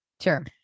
Sure